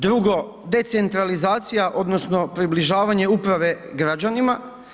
Drugo, decentralizacija odnosno približavanje uprave građanima.